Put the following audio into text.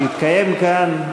שהתקיים כאן,